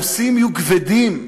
הנושאים יהיו כבדים.